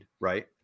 right